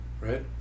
Right